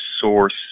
source